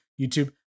YouTube